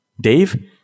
Dave